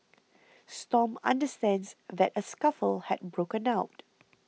Stomp understands that a scuffle had broken out